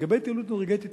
לגבי התייעלות אנרגטית